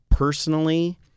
Personally